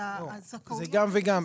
כי הזכאויות --- לא,